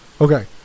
Okay